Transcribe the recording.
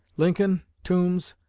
lincoln, toombs,